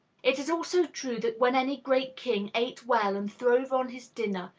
it is also true that when any great king ate well and throve on his dinner,